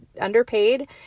underpaid